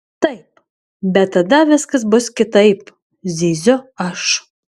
taip bet tada viskas bus kitaip zyziu aš